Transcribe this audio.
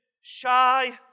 shy